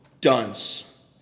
Dunce